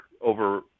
over